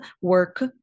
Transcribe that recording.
work